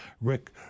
Rick